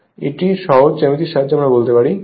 এটি সহজ জ্যামিতির সাহায্যে আমরা বলতে পারি